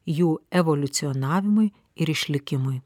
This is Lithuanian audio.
jų evoliucionavimui ir išlikimui